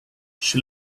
she